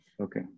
Okay